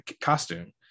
costume